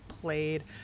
played